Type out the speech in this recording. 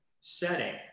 setting